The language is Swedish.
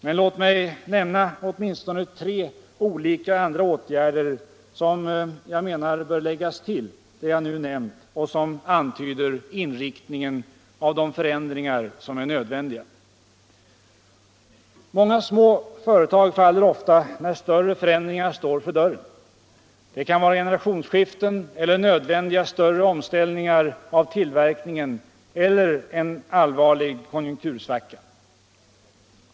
Men låt mig nämna åtminstone tre olika andra åtgärder som jag menar bör läggas till det jag nu nämnt och som antyder inriktningen av de förändringar som är nödvändiga. Många små företag faller ofta när större förändringar står för dörren. Det kan vara generationsskiften eller nödvändiga större omställningar av tillverkningen eller en allvarlig konjunktursvacka.